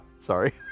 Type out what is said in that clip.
sorry